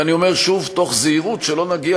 ואני אומר שוב: תוך זהירות שלא נגיע